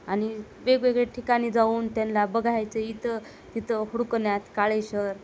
आणि वेगवेगळे ठिकाणी जाऊन त्याना बघायचं इथं तिथं हुडकण्यात काळेश्वर